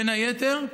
בין היתר,